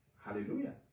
Hallelujah